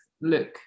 look